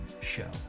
show